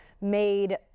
made